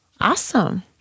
Awesome